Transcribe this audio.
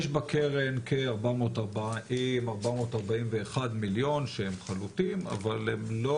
יש בקרן כ-440 441 מיליון שהם חלוטים אבל הם לא